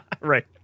right